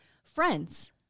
friends